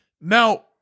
Now